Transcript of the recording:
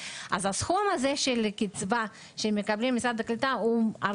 הסכום הזה של קצבה שהם מקבלים ממשרד הקליטה הוא אפילו